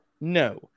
no